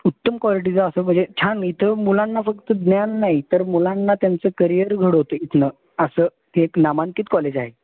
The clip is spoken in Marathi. उत्तम क्वालिटीचं असं म्हणजे छान इथं मुलांना फक्त ज्ञान नाही तर मुलांना त्यांचं करिअर घडवतं इथनं असं ते एक नामांकित कॉलेज आहे